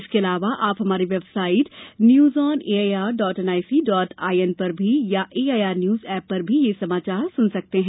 इसके अलावा आप हमारी website news on A I R dot N I C dot I N पर अथवा A I R news app पर भी समाचार सुन सकते हैं